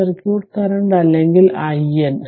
short circuit current അല്ലെങ്കിൽ IN